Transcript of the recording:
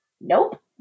nope